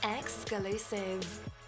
exclusive